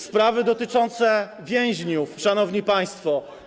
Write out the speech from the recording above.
Sprawy dotyczące więźniów, szanowni państwo.